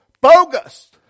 bogus